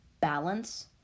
balance